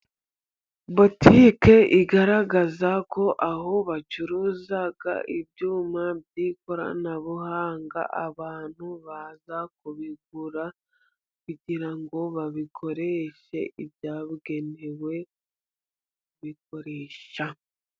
Botike igaragaza ko aho bacuruza ibyuma by'ikoranabuhanga, abantu baza kubigura, kugira ngo babikoreshe ibyagenewe bikoresha,